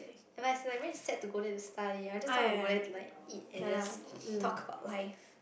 never mind as in I mean is sad to go there to study I just want to go there to like eat and just talk about life